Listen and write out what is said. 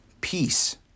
peace